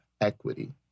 equity